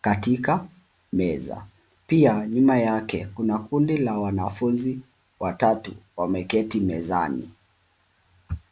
katika meza. Pia, nyuma yake, kuna kundi la wanafunzi watatu wameketi mezani.